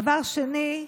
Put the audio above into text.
דבר שני,